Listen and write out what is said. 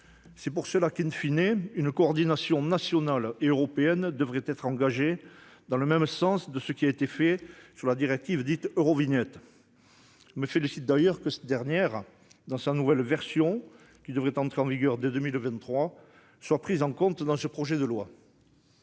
C'est pour cela qu'une coordination nationale et européenne devrait être engagée dans le même sens de ce qui a été fait sur la directive Eurovignette. Je me félicite d'ailleurs que la nouvelle version de cette dernière, censée entrer en vigueur dès 2023, soit prise en compte dans ce projet de loi.